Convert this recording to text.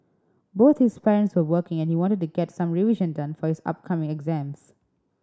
both his parents were working and he wanted to get some revision done for his upcoming exams